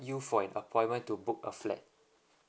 you for an appointment to book a flat